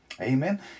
Amen